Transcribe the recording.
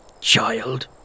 child